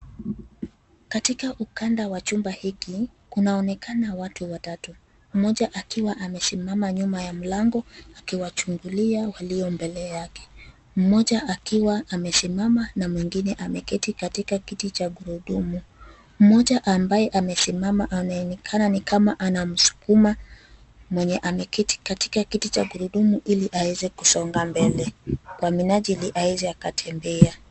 Katika ukanda wa chumba hiki, kunaonekana watu watatu. Mmoja akiwa amesimama nyuma ya mlango, akiwachungulia walio mbele yake. Mmoja akiwa amesimama na mwingine ameketi katika kiti cha gurudumu. Mmoja ambaye amesimama anayeonekana ni kama anamsukuma, mwenye ameketi katika kiti cha gurudumu ili aeze kusonga mbele, kwa minajili aeze akatembea.